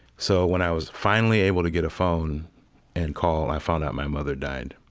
so when i was finally able to get a phone and call, i found out my mother died.